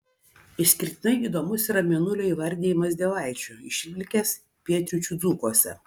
išskirtinai įdomus yra mėnulio įvardijimas dievaičiu išlikęs pietryčių dzūkuose